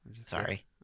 Sorry